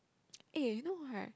eh you know right